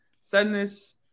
sadness